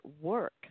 work